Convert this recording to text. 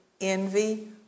envy